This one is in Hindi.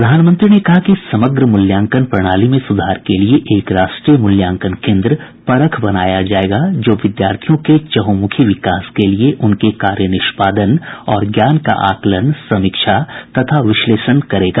प्रधानमंत्री ने कहा है कि समग्र मूल्यांकन प्रणाली में सुधार के लिए एक राष्ट्रीय मूल्यांकन केन्द्र परख बनाया जाएगा जो विद्यार्थियों के चहुमुखी विकास के लिए उनके कार्य निष्पादन और ज्ञान का आकलन समीक्षा तथा विश्लेषण करेगा